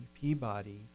Peabody